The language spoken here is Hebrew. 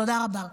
תודה רבה.